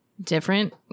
Different